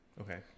Okay